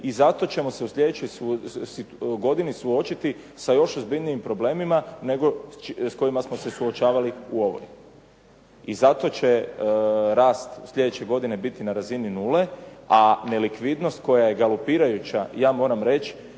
I zato ćemo se u sljedećoj godini suočiti sa još ozbiljnijim problemima, nego s kojima smo se suočavali u ovoj. I zato će rast sljedeće godine biti na razni nule, a nelikvidnost koja je galopirajuća, ja moram reći